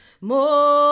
more